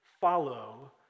follow